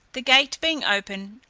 the gate being open,